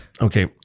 okay